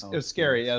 it was scary. yeah